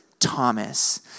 Thomas